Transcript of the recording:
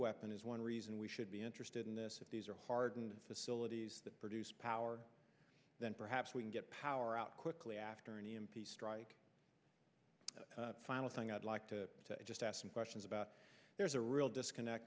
weapon is one reason we should be interested in this if these are hardened facilities that produce power then perhaps we can get power out quickly after an e m p strike final thing i'd like to just ask some questions about there's a real disconnect